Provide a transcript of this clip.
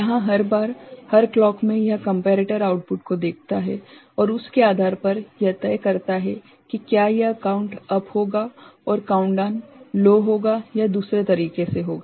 यहां हर बार हर क्लॉक में यह कम्पेरेटर आउटपुट को देखता है और उस के आधार पर यह तय करता है कि क्या यह काउंट अप उच्च होगा और काउंटडाउन लो होगा या दूसरे तरीके से होगा